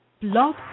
Blog